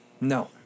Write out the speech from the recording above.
No